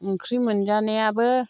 ओंख्रि मोनजानायाबो